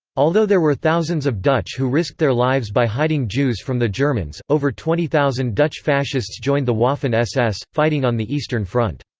although there were thousands of dutch who risked their lives by hiding jews from the germans, over twenty thousand dutch fascists joined the waffen ss, fighting on the eastern front.